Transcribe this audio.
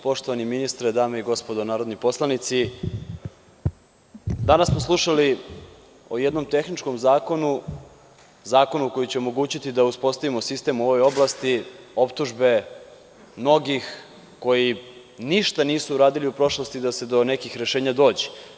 Poštovani ministre, dame i gospodo narodni poslanici, danas smo slušali o jednom tehničkom zakonu, zakonu koji će omogućiti da uspostavimo sistem u ovoj oblasti, optužbe mnogih koji ništa nisu uradili u prošlosti da se do nekih rešenja dođe.